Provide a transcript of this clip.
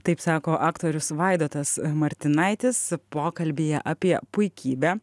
taip sako aktorius vaidotas martinaitis pokalbyje apie puikybę